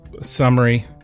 summary